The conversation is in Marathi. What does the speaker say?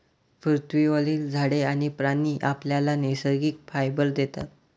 पृथ्वीवरील झाडे आणि प्राणी आपल्याला नैसर्गिक फायबर देतात